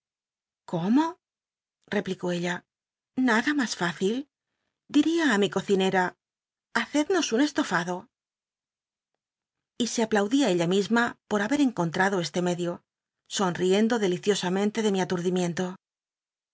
cómo replicó ella nada mas fácil diría á mi cocinera haccdnos un estofado y so aplaudía ella misma por haber encontrado este medio sonriendo deliciosamente de mi